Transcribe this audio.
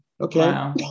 Okay